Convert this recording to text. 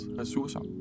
ressourcer